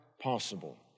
possible